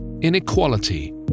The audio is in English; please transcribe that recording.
inequality